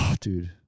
Dude